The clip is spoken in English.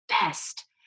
best